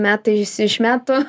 metai iš metų